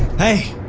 hey!